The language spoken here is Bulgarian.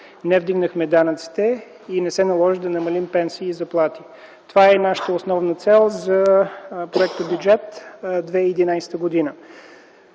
не вдигнахме данъците и не се наложи да намалим пенсиите и заплатите. Това е нашата основна цел за проектобюджета за 2011 г.